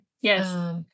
Yes